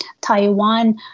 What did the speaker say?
Taiwan